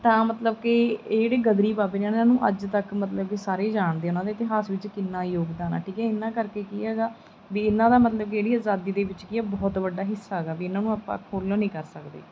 ਤਾਂ ਮਤਲਬ ਕਿ ਇਹ ਜਿਹੜੇ ਗਦਰੀ ਬਾਬੇ ਨੇ ਇਹਨਾਂ ਨੂੰ ਅੱਜ ਤੱਕ ਮਤਲਬ ਕਿ ਸਾਰੇ ਜਾਣਦੇ ਉਹਨਾਂ ਦਾ ਇਤਿਹਾਸ ਵਿੱਚ ਕਿੰਨਾ ਯੋਗਦਾਨ ਆ ਠੀਕ ਹੈ ਇਹਨਾਂ ਕਰਕੇ ਕੀ ਹੈਗਾ ਵੀ ਇਹਨਾਂ ਦਾ ਮਤਲਬ ਜਿਹੜੀ ਆਜ਼ਾਦੀ ਦੇ ਵਿੱਚ ਕੀ ਹੈ ਬਹੁਤ ਵੱਡਾ ਹਿੱਸਾ ਹੈਗਾ ਵੀ ਇਹਨਾਂ ਨੂੰ ਆਪਾਂ ਅੱਖੋਂ ਓਹਲੇ ਨਹੀਂ ਕਰ ਸਕਦੇ